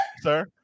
sir